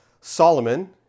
Solomon